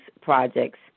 projects